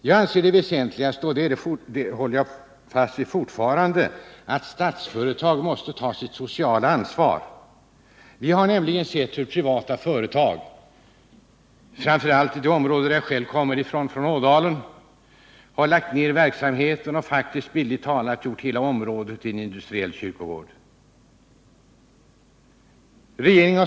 Jag anser som det väsentligaste, och det håller jag fast vid fortfarande, att Statsföretag måste ta sitt sociala ansvar. Vi har nämligen sett hur privata företag, framför allt i det område jag själv kommer ifrån, Ådalen, har lagt ner verksamheten och faktiskt bildligt talat gjort hela området till en industriell kyrkogård.